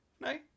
no